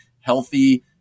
healthy